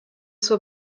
zur